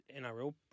NRL